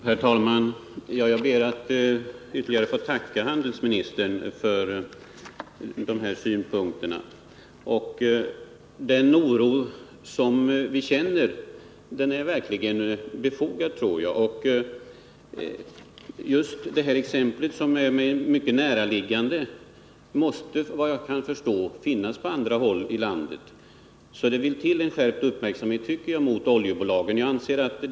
Herr talman! Jag ber att få tacka handelsministern för dessa ytterligare synpunkter. Jag tror att den oro vi känner verkligen är befogad. Just det exempel på vad som sker som jag nämnde och som är mig mycket näraliggande måste efter vad jag kan förstå finnas också på andra håll i landet. Jag tycker därför att det behövs en skärpt uppmärksamhet mot oljebolagen.